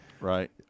right